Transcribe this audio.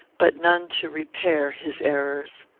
but none to repair, his errors.